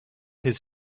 his